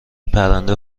پرنده